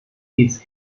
its